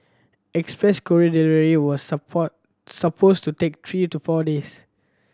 express courier delivery was supposed to take three to four days